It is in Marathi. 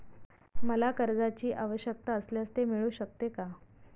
मला कर्जांची आवश्यकता असल्यास ते मिळू शकते का?